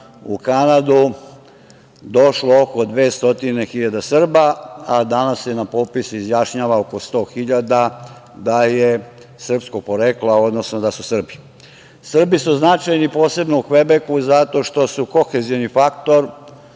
u Kanadu došlo oko 200.000 Srba, a danas se na popis izjašnjava oko 100.000 da je srpskog porekla, odnosno da su Srbi. Srbi su značajni posebno u Kvebeku zato što su kohezioni faktor.